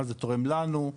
מה זה תורם לנו,